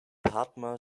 padma